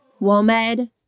WOMED